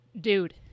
Dude